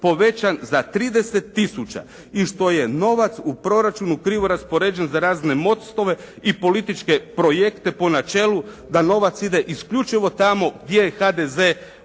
povećan za 30 tisuća i što je novac u proračunu krivo raspoređen za razne mostove i političke projekte po načelu da novac ide isključivo tamo gdje je HDZ na